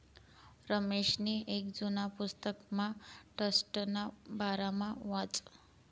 रमेशनी येक जुना पुस्तकमा ट्रस्टना बारामा वाचं